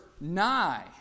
nigh